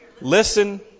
Listen